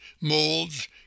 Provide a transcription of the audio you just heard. molds